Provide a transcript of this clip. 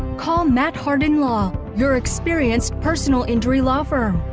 call matt hardin law your experience personal injury law firm.